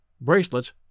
bracelets